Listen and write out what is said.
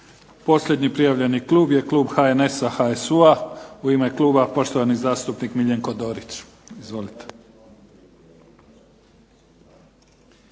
Posljednji prijavljeni klub je klub HNS-a, HSU-a u ime kluba poštovani zastupnik Miljenko Dorić. Izvolite.